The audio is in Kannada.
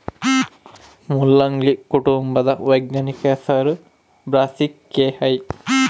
ಮುಲ್ಲಂಗಿ ಕುಟುಂಬದ ವೈಜ್ಞಾನಿಕ ಹೆಸರು ಬ್ರಾಸಿಕೆಐ